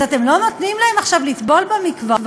אז אתם לא נותנים להם עכשיו לטבול במקוואות?